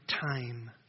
time